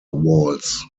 walls